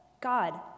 God